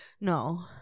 no